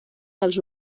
dels